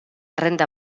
renda